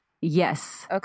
Yes